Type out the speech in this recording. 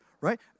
right